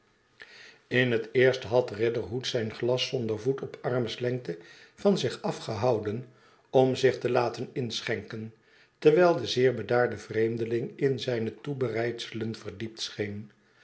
in het eerst had riderhood zijn glas zonder voet op armslengte van zich afgehouden om zich te laten inschenken terwijl de zeer bedaarde vreemdeling in zijne toebereidselen verdiept scheen